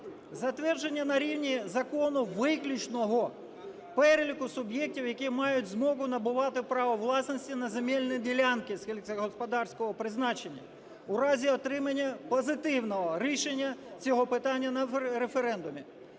затвердження на рівні закону виключного переліку суб'єктів, які мають змогу набувати права власності на земельні ділянки сільськогосподарського призначення, у разі отримання позитивного рішення цього питання на референдумі.